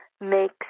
make